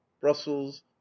brussels